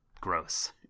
gross